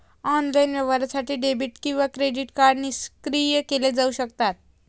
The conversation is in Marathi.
ऑनलाइन व्यवहारासाठी डेबिट किंवा क्रेडिट कार्ड निष्क्रिय केले जाऊ शकतात